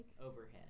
overhead